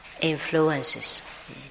influences